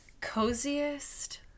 coziest